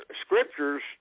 scriptures